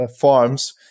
farms